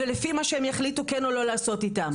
לפי מה שהם יחליטו כן או לא לעשות איתם.